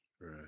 right